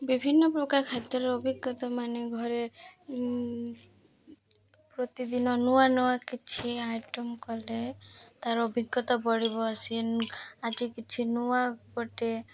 ବିଭିନ୍ନ ପ୍ରକାର ଖାଦ୍ୟର ଅଭିଜ୍ଞତା ମାନ ଘରେ ପ୍ରତିଦିନ ନୂଆ ନୂଆ କିଛି ଆଇଟମ୍ କଲେ ତାର ଅଭିଜ୍ଞତା ବଢ଼ିବ ଆସ ଆଜି କିଛି ନୂଆ ଗୋଟେ